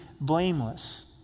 blameless